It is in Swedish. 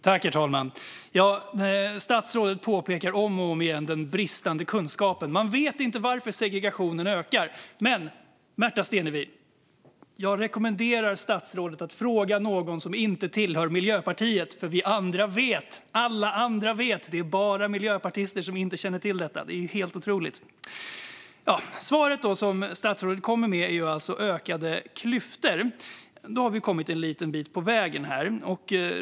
Herr talman! Statsrådet påpekar om och om igen den bristande kunskapen. Man vet inte varför segregationen ökar. Men då rekommenderar jag statsrådet att fråga någon som inte tillhör Miljöpartiet, för alla andra vet. Det är bara miljöpartister som inte känner till detta. Det är ju helt otroligt. Svaret som statsrådet kommer med är ökade klyftor, och då har vi kommit en liten bit på vägen.